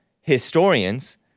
historians